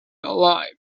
alive